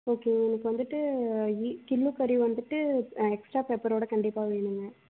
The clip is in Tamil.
ஓகேங்க எனக்கு வந்துவிட்டு இ கிள்ளு கறி வந்துவிட்டு எக்ஸ்ட்ரா பெப்பரோடு கண்டிப்பாக வேணும்ங்க